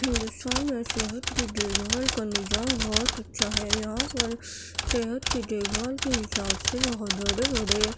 ہندوستان میں صحت کی دیکھ بھال کا نجام بہت اچھا ہے یہاں پر صحت کی دیکھ بھال کے حساب سے بہت بڑے بڑے